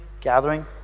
gathering